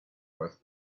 both